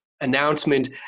announcement